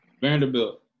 Vanderbilt